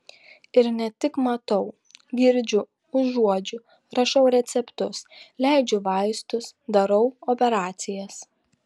ir ne tik matau girdžiu užuodžiu rašau receptus leidžiu vaistus darau operacijas